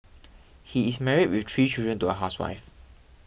he is married with three children to a housewife